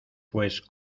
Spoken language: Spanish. pues